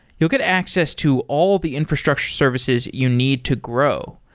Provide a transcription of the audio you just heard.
you'll get access to all the infrastructure services you need to grow.